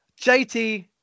JT